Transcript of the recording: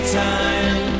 time